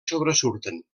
sobresurten